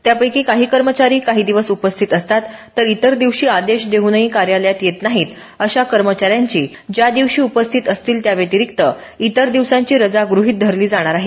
त्यापैकी काही कर्मचारी काही दिवस उपस्थित असतात तर इतर दिवशी आदेश देऊनही कार्यालयात येत नाहीत अशा कर्मचाऱ्यांची ज्या दिवशी उपस्थित असतील त्याव्यतिरीक्त इतर दिवसांची रजा गुहित धरली जाणार आहे